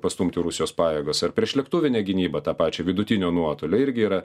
pastumti rusijos pajėgas ar priešlėktuvinę gynybą tą pačią vidutinio nuotolio irgi yra